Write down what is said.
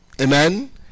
Amen